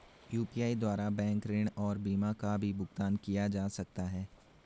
UPI द्वारा bank ऋण और बीमा का भी भुगतान किया जा सकता है?